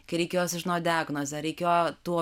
kai reikėjo sužinot diagnozę reikėjo tų